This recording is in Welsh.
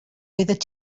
oeddet